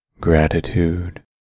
Gratitude